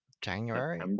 January